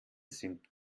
sind